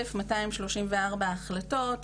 1,234 החלטות,